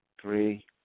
three